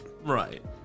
Right